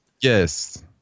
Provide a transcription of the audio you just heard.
Yes